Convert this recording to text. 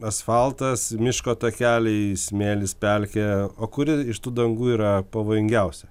asfaltas miško takeliai smėlis pelkė o kuri iš tų dangų yra pavojingiausia